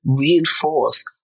reinforce